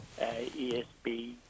ESB